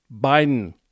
Biden